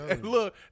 look